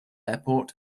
airport